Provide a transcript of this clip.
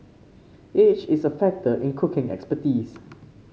age is a factor in cooking expertise